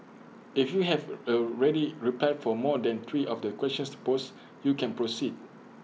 if you have A ready reply for more than three of the questions posed you can proceed